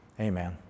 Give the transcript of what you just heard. Amen